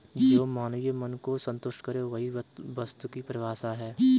जो मानवीय मन को सन्तुष्ट करे वही वस्तु की परिभाषा है